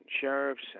sheriffs